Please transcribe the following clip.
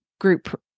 group